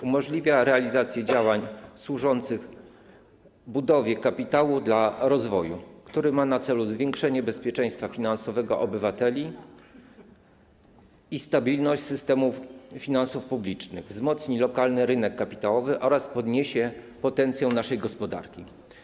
Umożliwia realizację działań służących budowie kapitału dla rozwoju, który ma na celu zwiększenie bezpieczeństwa finansowego obywateli i stabilność systemu finansów publicznych, przyczyni się do wzmocnienia lokalnego rynku kapitałowego oraz zwiększenia potencjału naszej gospodarki.